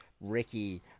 Ricky